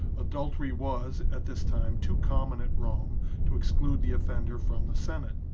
adul tery was at this time too common at rome to exclude the offender from the senate.